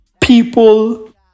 people